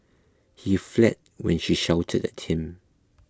he fled when she shouted at him